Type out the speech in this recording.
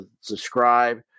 subscribe